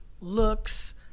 looks